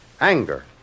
Anger